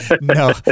No